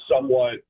somewhat